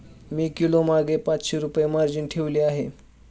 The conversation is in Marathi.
मी किलोमागे पाचशे रुपये मार्जिन ठेवली आहे